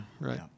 right